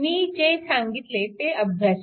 मी जे सांगितले ते अभ्यासा